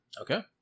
Okay